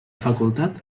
facultat